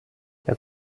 der